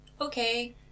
Okay